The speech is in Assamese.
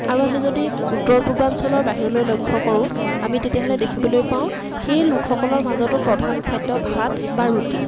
আৰু আমি যদি উত্তৰ পূৰ্বাঞ্চলৰ বাহিৰলৈ লক্ষ্য কৰোঁ আমি তেতিয়াহ'লে দেখিবলৈ পাওঁ সেই লোকসকলৰ মাজতো প্ৰধান খাদ্য ভাত বা ৰুটি